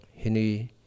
hini